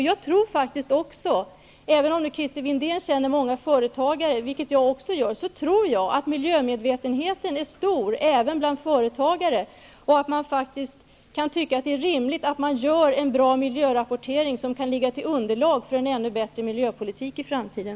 Jag tror också, även om Christer Windén känner många företagare -- vilket jag också gör -- att miljömedvetenheten är stor även bland företagare och att de kan tycka att det är rimligt att göra en bra miljörapportering, som kan ligga som underlag för en ännu bättre miljöpolitik i framtiden.